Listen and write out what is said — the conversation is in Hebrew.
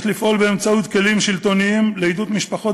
יש לפעול באמצעות כלים שלטוניים לעידוד משפחות